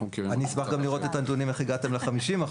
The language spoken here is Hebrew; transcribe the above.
מכירים --- אני אשמח גם לראות את הנתונים איך הגעתם ל-50%.